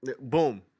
Boom